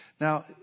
Now